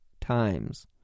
times